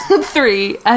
three